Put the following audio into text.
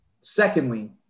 Secondly